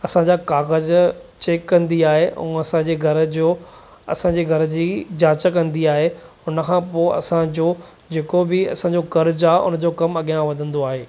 असांजा काग़ज़ चैक कंदी आहे ऐं असांजे घर जो असांजे घर जी जाच कंदी आहे उनखां पोइ असांजो जेको बि असांजो क़र्ज़ु आहे उनजो कमु अॻियां वधंदो आहे